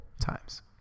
times